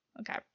Okay